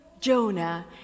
Jonah